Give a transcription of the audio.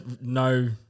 no –